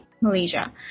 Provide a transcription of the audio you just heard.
Malaysia